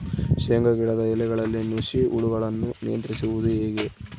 ಶೇಂಗಾ ಗಿಡದ ಎಲೆಗಳಲ್ಲಿ ನುಷಿ ಹುಳುಗಳನ್ನು ನಿಯಂತ್ರಿಸುವುದು ಹೇಗೆ?